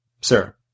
Sir